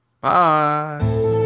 bye